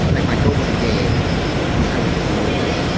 like my goal with the game was i was just lonely,